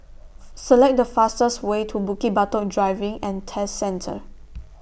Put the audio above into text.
Select The fastest Way to Bukit Batok Driving and Test Centre